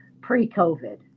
pre-COVID